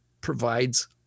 provides